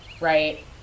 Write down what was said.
right